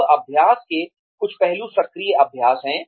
अब अभ्यास के कुछ पहलू सक्रिय अभ्यास हैं